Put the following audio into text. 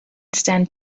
stand